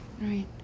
Right